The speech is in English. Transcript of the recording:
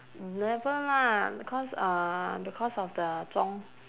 never lah because uh because of the zhong